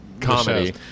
comedy